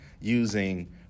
using